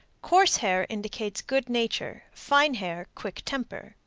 coarse hair indicates good nature fine hair quick temper.